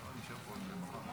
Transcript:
אני רוצה לדבר למעלה.